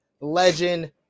legend